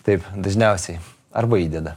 taip dažniausiai arba įdeda